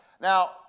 Now